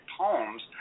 poems